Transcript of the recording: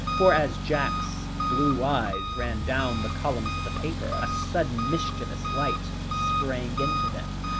for as jack's blue eyes ran down the columns of the paper, a sudden mischievous light sprang into them,